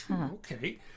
okay